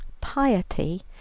Piety